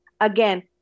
again